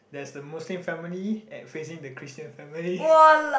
there's the Muslim family at facing the Christian family